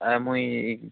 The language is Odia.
ଆ ମୁଇଁ